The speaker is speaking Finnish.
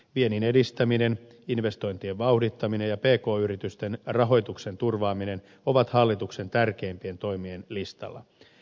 viennin edistäminen investointien vauhdittaminen ja pk yritysten rahoituksen turvaaminen ovat hallituksen tärkeimpien toimien listalla